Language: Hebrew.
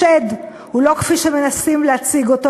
השד הוא לא כפי שמנסים להציג אותו,